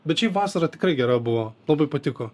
bet šiaip vasara tikrai gera buvo labai patiko